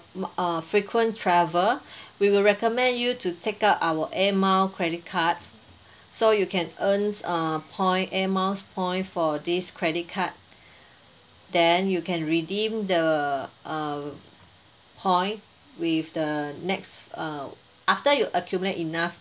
err frequent travel we will recommend you to take up our air mile credit card so you can earn uh point air miles point for this credit card then you can redeem the uh point with the next uh after you accumulate enough